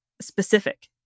specific